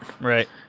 Right